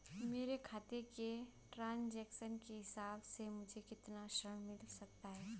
मेरे खाते के ट्रान्ज़ैक्शन के हिसाब से मुझे कितना ऋण मिल सकता है?